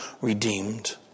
redeemed